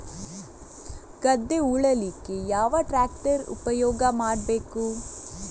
ಗದ್ದೆ ಉಳಲಿಕ್ಕೆ ಯಾವ ಟ್ರ್ಯಾಕ್ಟರ್ ಉಪಯೋಗ ಮಾಡಬೇಕು?